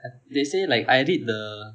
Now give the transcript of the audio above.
they say like I read the